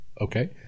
okay